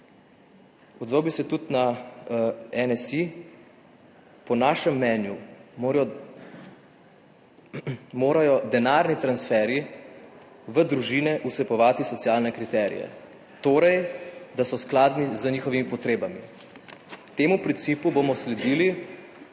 Odzval bi se tudi na NSi. Po našem mnenju morajo denarni transferji v družine vsebovati socialne kriterije. To pomeni, da so skladni z njihovimi potrebami. Temu principu bomo sledili